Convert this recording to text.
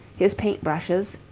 his paint-brushes,